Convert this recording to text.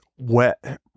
wet